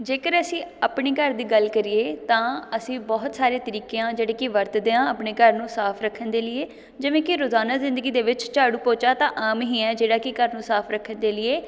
ਜੇਕਰ ਅਸੀਂ ਆਪਣੇ ਘਰ ਦੀ ਗੱਲ ਕਰੀਏ ਤਾਂ ਅਸੀਂ ਬਹੁਤ ਸਾਰੇ ਤਰੀਕਿਆਂ ਜਿਹੜੇ ਕਿ ਵਰਤਦੇ ਹਾਂ ਆਪਣੇ ਘਰ ਨੂੰ ਸਾਫ਼ ਰੱਖਣ ਦੇ ਲੀਏ ਜਿਵੇਂ ਕਿ ਰੋਜ਼ਾਨਾ ਜ਼ਿੰਦਗੀ ਦੇ ਵਿੱਚ ਝਾੜੂ ਪੋਚਾ ਤਾਂ ਆਮ ਹੀ ਹੈ ਜਿਹੜਾ ਕਿ ਘਰ ਨੂੰ ਸਾਫ਼ ਰੱਖਣ ਦੇ ਲੀਏ